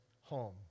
home